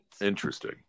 interesting